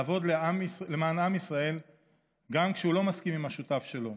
לעבוד למען עם ישראל גם כשהוא לא מסכים עם השותף שלו,